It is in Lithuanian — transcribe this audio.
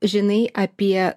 žinai apie